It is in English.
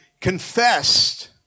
confessed